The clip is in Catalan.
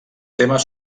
temes